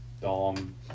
Dom